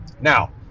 Now